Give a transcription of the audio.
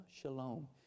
Shalom